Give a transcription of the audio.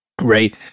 right